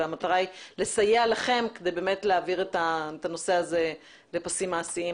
המטרה היא לסייע לכם כדי להעביר את הנושא הזה לפסים מעשיים